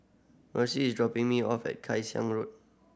Marcy is dropping me off at Kay Xiang Road